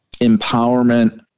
empowerment